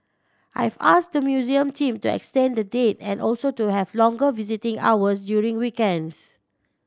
I've asked the museum team to extend the date and also to have longer visiting hours during weekends